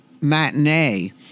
matinee